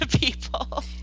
people